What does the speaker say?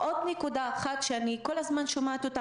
עוד נקודה שאני כל הזמן שומעת.